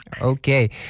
Okay